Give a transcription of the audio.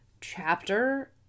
chapter